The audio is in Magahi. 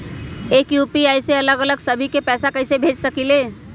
एक यू.पी.आई से अलग अलग सभी के पैसा कईसे भेज सकीले?